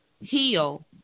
heal